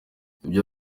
ibyo